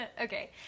Okay